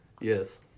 Yes